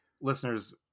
listeners